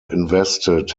invested